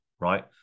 right